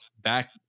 back